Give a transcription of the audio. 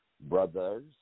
Brothers